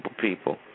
people